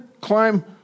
climb